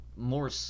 More